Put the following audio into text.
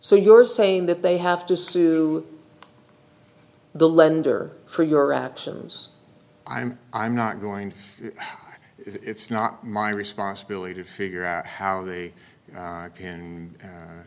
so you're saying that they have to sue the lender for your actions i'm i'm not going to it's not my responsibility to figure out how they